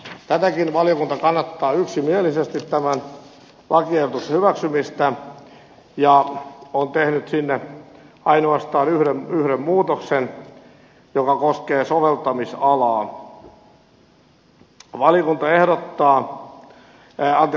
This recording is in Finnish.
tätäkin valiokunta kannattaa yksimielisesti tämän lakiehdotuksen hyväksymistä ja on tehnyt sinne ainoastaan yhden muutoksen joka koskee soveltamisalaa